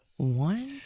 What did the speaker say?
One